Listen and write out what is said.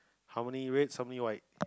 how many reds how many white